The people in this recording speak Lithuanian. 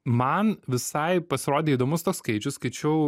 man visai pasirodė įdomus tas skaičius skaičiau